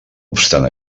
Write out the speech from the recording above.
obstant